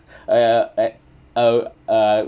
uh at a uh